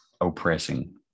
oppressing